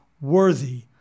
worthy